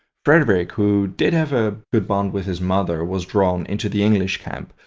frederick, who did have a good bond with his mother, was drawn into the english camp,